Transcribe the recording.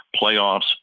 playoffs